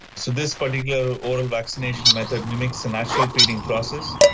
so this particular oral vaccination method mimics the natural feeding process.